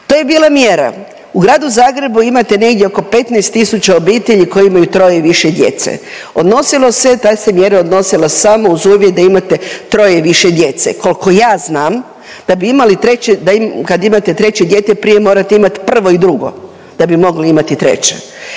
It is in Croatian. To je bila mjera u Gradu Zagrebu imate negdje oko 15 tisuća obitelji koja imaju troje i više djece. Odnosilo se, ta se mjera odnosila samo uz uvjet da imate troje i više djece. Koliko ja znam da bi imali treće, kad imate treće dijete prije morate imati prvo i drugo da bi mogli imati treće.